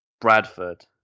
Bradford